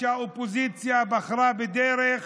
שהאופוזיציה בחרה בדרך